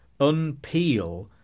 unpeel